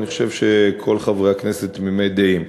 אני חושב שכל חברי הכנסת תמימי דעים.